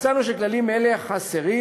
מצאנו שכללים אלה חסרים,